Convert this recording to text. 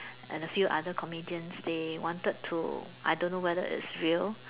and a few other comedians they wanted to I don't know whether it's real